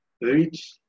reach